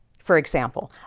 for example,